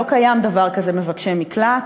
לא קיים דבר כזה מבקשי מקלט,